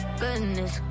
goodness